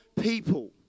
people